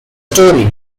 story